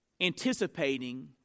anticipating